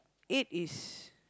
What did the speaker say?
it is